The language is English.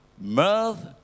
mirth